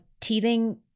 teething